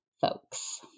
folks